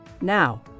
Now